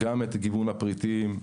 את גיוון הפריטים,